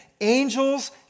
angels